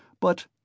but—